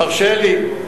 תרשה לי.